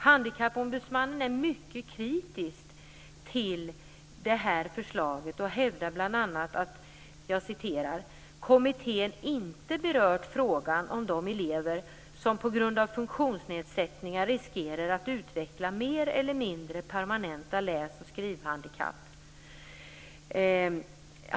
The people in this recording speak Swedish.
Handikappombudsmannen är mycket kritisk till det här förslaget och hävdar bl.a. att: "kommittén inte berört frågan om de elever som på grund av funktionsnedsättningar riskerar att utveckla mer eller mindre permanenta läs och skrivhandikapp."